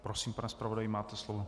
Prosím, pane zpravodaji, máte slovo.